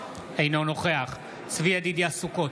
אינו נוכח צבי ידידיה סוכות,